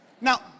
Now